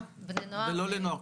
זה לא לנוער,